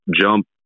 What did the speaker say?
jump